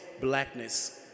blackness